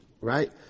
right